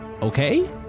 okay